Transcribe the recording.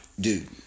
Dude